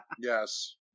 yes